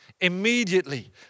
Immediately